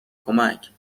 کمک